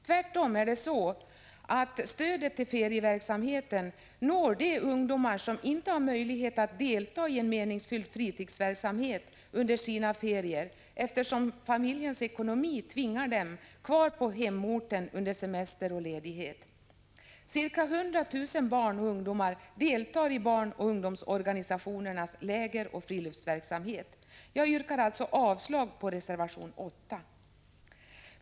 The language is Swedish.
Tvärtom når stödet till ferieverksamheten de ungdomar som inte har möjlighet att delta i en meningsfylld fritidsverksamhet under sina ferier, eftersom familjens ekonomi tvingar dem kvar på hemorten under semester och ledighet. Ca 100 000 barn och ungdomar deltar i barnoch ungdomsorganisationernas lägeroch friluftsverksamhet. Jag yrkar alltså avslag på reservation 8.